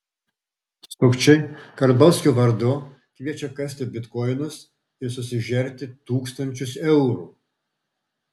sukčiai karbauskio vardu kviečia kasti bitkoinus ir susižerti tūkstančius eurų